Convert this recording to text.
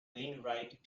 wainwright